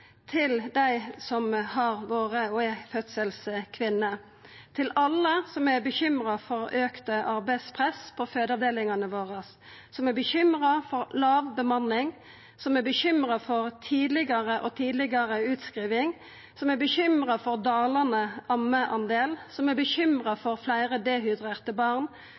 til dei som har vore og er fødekvinner, og til alle som er bekymra for auka arbeidspress på fødeavdelingane våre, som er bekymra for låg bemanning, som er bekymra for tidlegare og tidlegare utskriving, som er bekymra for dalande ammedel, som er bekymra for fleire dehydrerte barn,